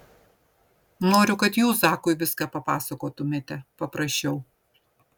noriu kad jūs zakui viską papasakotumėte paprašiau